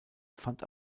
fand